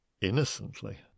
innocently